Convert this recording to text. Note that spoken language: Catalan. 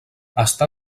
està